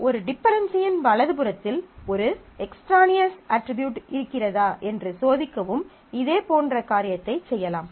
ஒரு டிபென்டென்சியின் வலது புறத்தில் ஒரு எக்ஸ்ட்ரானியஸ் அட்ரிபியூட் இருக்கிறதா என்று சோதிக்கவும் இதேபோன்ற காரியத்தைச் செய்யலாம்